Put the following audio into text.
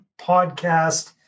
Podcast